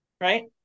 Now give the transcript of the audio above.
right